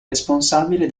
responsabile